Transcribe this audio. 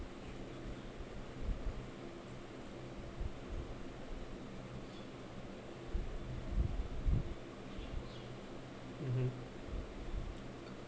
mmhmm